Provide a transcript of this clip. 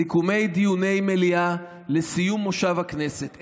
סיכומי דיוני מליאה לסיום מושב הכנסת: